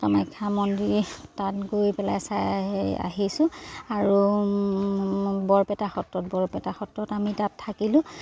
কামাখ্যা মন্দিৰ তাত গৈ পেলাই চাই আহিছোঁ আৰু বৰপেটা সত্ৰত বৰপেটা সত্ৰত আমি তাত থাকিলোঁ